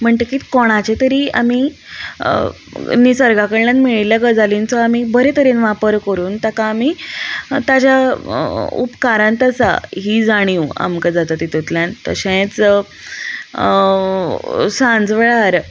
म्हणटकीच कोणाचें तरी आमी निसर्गा कडल्यान मेळिल्ल्या गजालींचो आमी बरे तरेन वापर करून ताका आमी ताज्या उपकारांत आसा ही जाणीव आमकां जाता तितुंतल्यान तशेंच सांज वेळार